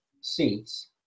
seats